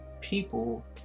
people